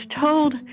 told